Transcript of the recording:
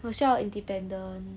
我需要 independent